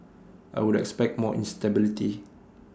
I would expect more instability